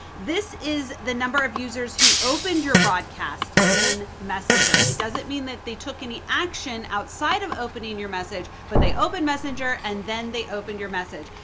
this is the number of users who opened your broadcast in messenger. it doesn't mean that they took any action outside of opening your message. but they opened messenger, and then they opened your message.